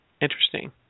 interesting